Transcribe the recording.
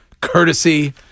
courtesy